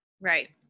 right